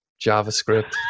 JavaScript